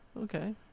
okay